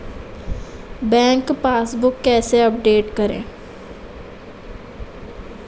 Bank passbook कैसे update करें?